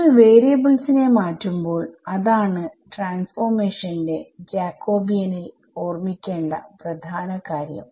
നിങ്ങൾ വാരിയബിൾസ് നെ മാറ്റുമ്പോൾഅതാണ് ട്രാൻഫർമേഷന്റെ transformationജാകോബിയനിൽ ഓർമിക്കേണ്ട പ്രധാന കാര്യം